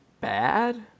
bad